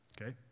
Okay